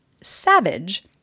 savage